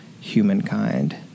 humankind